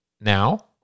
now